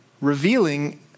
revealing